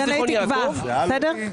יש כאן בעיה, שאין לנו פה נתונים.